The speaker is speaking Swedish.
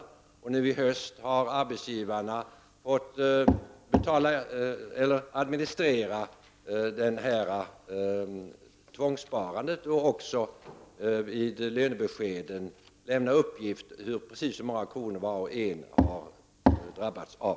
Och fr.o.m. i höstas får arbetsgivarna administrera tvångssparandet och i lönebeskeden ange precis hur många kronor var och en har drabbats av.